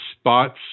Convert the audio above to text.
spots